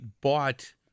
bought